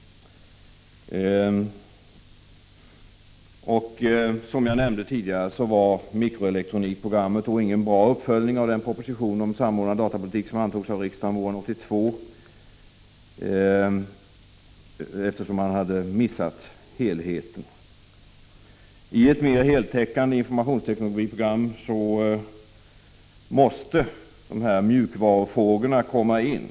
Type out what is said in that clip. Som jag tidigare framhållit var mikroelektronikprogrammet inte någon bra uppföljning av den proposition om samordnad datapolitik som antogs av riksdagen våren 1982, eftersom man hade missat helheten. I ett mer heltäckande informationsteknologiprogram måste mjukvarufrågorna komma in.